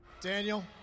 Daniel